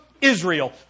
Israel